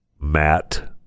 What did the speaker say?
Matt